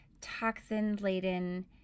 toxin-laden